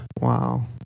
Wow